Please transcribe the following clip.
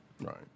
Right